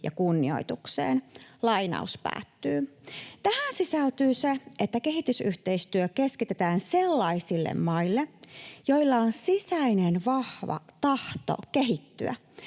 ja kunnioitukseen.” Tähän sisältyy se, että kehitysyhteistyö keskitetään sellaisille maille, joilla on sisäinen vahva tahto kehittyä